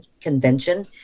Convention